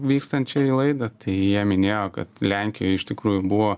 vykstant čia į laidą tai jie minėjo kad lenkijoj iš tikrųjų buvo